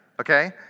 okay